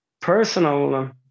personal